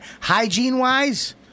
Hygiene-wise